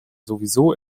sowieso